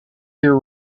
here